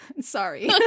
Sorry